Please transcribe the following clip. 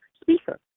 speaker